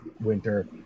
Winter